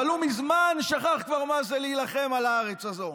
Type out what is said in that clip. אבל הוא מזמן שכח מה זה להילחם על הארץ הזו.